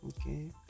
Okay